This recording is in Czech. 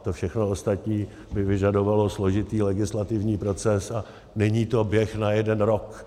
To všechno ostatní by vyžadovalo složitý legislativní proces a není to běh na jeden rok.